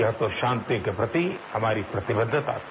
यह तो शांति के प्रति हमारी प्रतिबद्धता थी